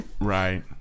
Right